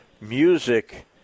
music